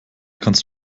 kannst